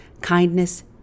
kindness